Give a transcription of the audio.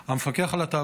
המפקח על התעבורה,